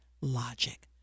logic